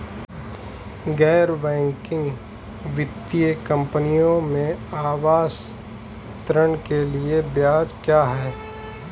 गैर बैंकिंग वित्तीय कंपनियों में आवास ऋण के लिए ब्याज क्या है?